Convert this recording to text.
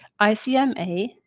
ICMA